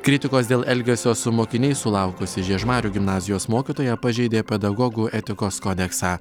kritikos dėl elgesio su mokiniais sulaukusi žiežmarių gimnazijos mokytoja pažeidė pedagogų etikos kodeksą